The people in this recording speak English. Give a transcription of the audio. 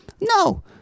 No